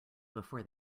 before